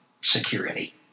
security